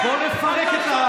אתה שקרן.